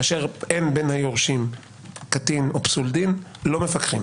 כאשר אין בין היורשים קטין או פסול דין לא מפקח.